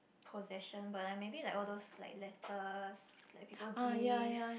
possession but like maybe like all those like letters like people give